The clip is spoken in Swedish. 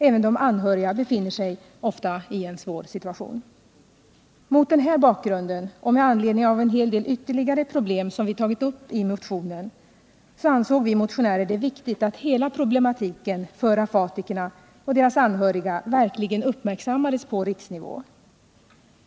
Även de anhöriga befinner sig ofta i en svår situation. Mot den här bakgrunden, och med anledning av en hel del ytterligare problem som vi tagit upp i motionen, ansåg vi motionärer det viktigt att hela problematiken för afatikerna och deras anhöriga verkligen uppmärksammades på riksnivå.